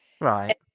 Right